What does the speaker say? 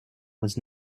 was